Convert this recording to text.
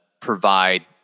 provide